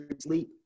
sleep